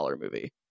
movie